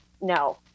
No